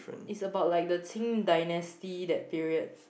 is about like the Qing dynasty that period